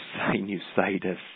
sinusitis